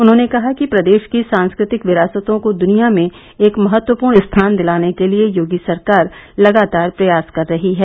उन्होंने कहा कि प्रदेश की सांस्कृतिक विरासतों को दुनिया में एक महत्वपूर्ण स्थान दिलाने के लिए योगी सरकार लगातार प्रयास कर रही है